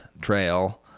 trail